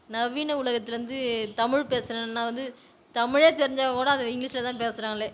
நவீன உலகத்தில் வந்து தமிழ் பேசலன்னா வந்து தமிழே தெரிஞ்சா கூட அதை இங்கிலீஷில் தான் பேசுகிறாங்களே